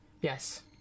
yes